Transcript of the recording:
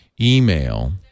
email